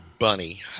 bunny